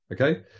Okay